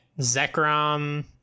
Zekrom